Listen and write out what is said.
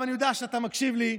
ואני יודע שאתה מקשיב לי,